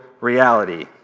reality